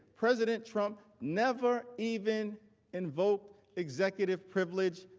president trump never even invoked executive privilege,